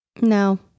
No